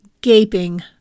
gaping